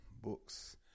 books